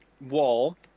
wall